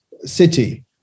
city